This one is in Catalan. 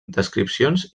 descripcions